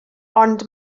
ond